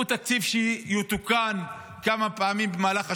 הוא תקציב שיתוקן כמה פעמים במהלך השנה,